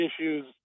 issues